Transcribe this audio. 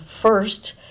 First